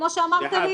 כמו שאמרת לי,